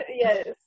Yes